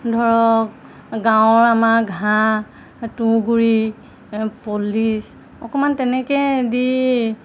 ধৰক গাঁৱৰ আমাৰ ঘাঁহ তুঁহগুৰি পলিছ অকণমান তেনেকৈ দি